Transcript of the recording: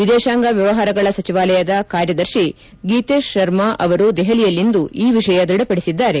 ವಿದೇಶಾಂಗ ವ್ಯವಹಾರಗಳ ಸಚಿವಾಲಯದ ಕಾರ್ಯದರ್ಶಿ ಗೀತೇಶ್ ಶರ್ಮಾ ಅವರು ದೆಪಲಿಯಲ್ಲಿಂದು ಈ ವಿಷಯ ದೃಢಪಡಿಸಿದ್ದಾರೆ